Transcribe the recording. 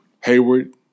Hayward